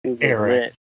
Eric